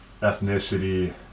ethnicity